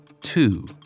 two